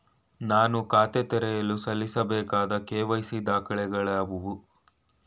ನಾನು ಖಾತೆ ತೆರೆಯಲು ಸಲ್ಲಿಸಬೇಕಾದ ಕೆ.ವೈ.ಸಿ ದಾಖಲೆಗಳಾವವು?